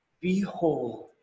Behold